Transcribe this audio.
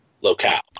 locale